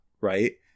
Right